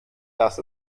dass